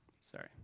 Sorry